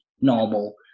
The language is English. normal